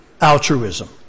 altruism